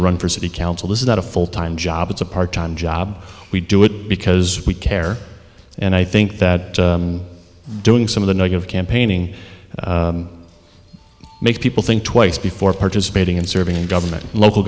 run for city council this is not a full time job it's a part time job we do it because we care and i think that doing some of the negative campaigning make people think twice before participating in serving in government local